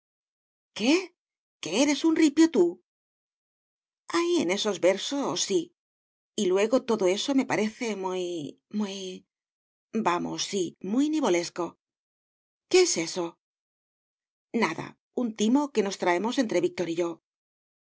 que eres un ripio tú ahí en esos versos sí y luego todo eso me parece muy muy vamos sí muy nivolesco qué es eso nada un timo que nos traemos entre víctor y yo